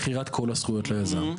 מכירת כל הזכויות ליזם.